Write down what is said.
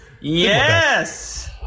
yes